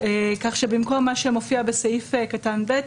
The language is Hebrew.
כך שבמקום מה שמופיע בסעיף קטן (ב),